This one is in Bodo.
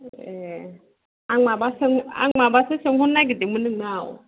ए आं माबाखौ आं माबासो सोंहरनो नागिरदोंमोन नोंनाव